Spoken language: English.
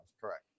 Correct